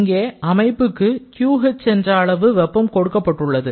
இங்கே அமைப்புக்கு என்ற QH அளவு வெப்பம் கொடுக்கப்பட்டுள்ளது